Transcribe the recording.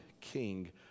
king